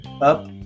up